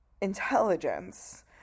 intelligence